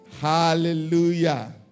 hallelujah